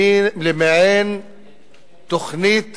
למעין תוכנית